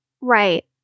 Right